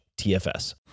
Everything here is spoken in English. TFS